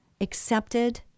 accepted